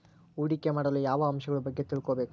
ಹೂಡಿಕೆ ಮಾಡಲು ಯಾವ ಅಂಶಗಳ ಬಗ್ಗೆ ತಿಳ್ಕೊಬೇಕು?